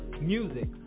music